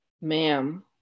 Ma'am